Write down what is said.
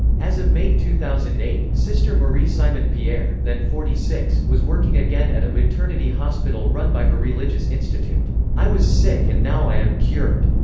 as of may two thousand and eight, sister marie-simon-pierre, then forty six, was working again at a maternity hospital run by her religious institute. i was sick and now i am cured,